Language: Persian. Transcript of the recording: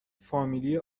فامیلی